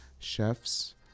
chefs